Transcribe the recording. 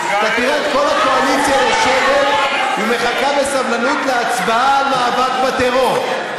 אתה תראה את כל הקואליציה יושבת ומחכה בסבלנות להצבעה על מאבק בטרור,